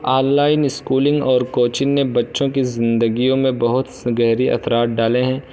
on line schooling اور coaching نے بچوں کی زندگیوں میں بہت گہرے اثرات ڈالے ہیں